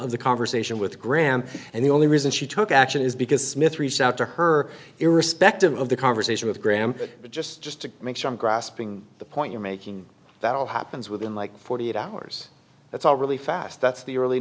of the conversation with graham and the only reason she took action is because smith reached out to her irrespective of the conversation with graham but just just to make sure i'm grasping the point you're making that all happens within like forty eight hours that's all really fast that's the early